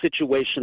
situation